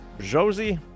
josie